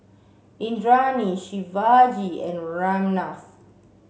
Indranee Shivaji and Ramnath